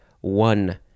one